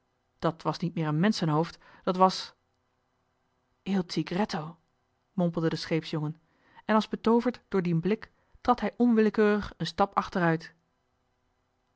dat was niet meer een menschenhoofd dat was il tigretto mompelde de scheepsjongen en als betooverd door dien blik trad hij onwillekeurig een stap achteruit